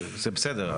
זה בסדר.